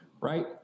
right